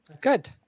Good